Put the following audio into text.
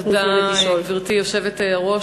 תודה, גברתי היושבת-ראש.